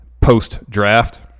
post-draft